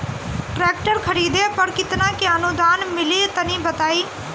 Tractor खरीदे पर कितना के अनुदान मिली तनि बताई?